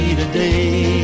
today